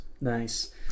Nice